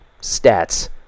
stats